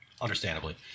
understandably